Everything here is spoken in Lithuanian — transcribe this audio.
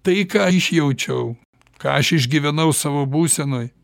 tai ką išjaučiau ką aš išgyvenau savo būsenoj